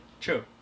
True